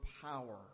power